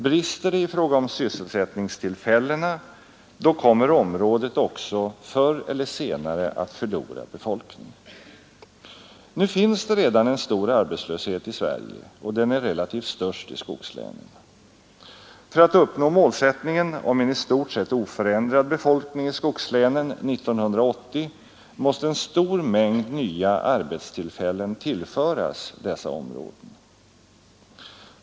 Brister det i fråga om sysselsättningstillfällena då kommer området också förr eller senare att förlora befolkning. Nu finns det redan en stor arbetslöshet i Sverige, och den är relativt störst i skogslänen. För att uppnå målsättningen om en i stort sett oförändrad befolkning i skogslänen 1980 måste en stor mängd nya arbetstillfällen tillföras dessa områden.